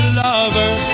lover